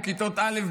או כיתות א',